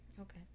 okay